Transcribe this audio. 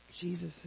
Jesus